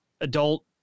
adult